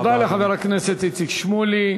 תודה לחבר הכנסת איציק שמולי.